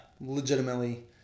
Legitimately